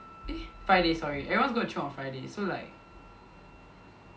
eh Friday sorry everyone's gonna chiong on Friday so like